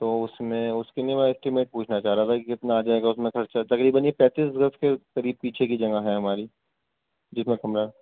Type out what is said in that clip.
تو اس میں اس کے لیے بھائی اسٹیمیٹ پوچھنا چاہ رہا تھا کہ کتنا آ جائے گا اس میں خرچہ تقریباً یہ پینتیس گز کے قریب پیچھے کی جگہ ہے ہماری جس میں کمرہ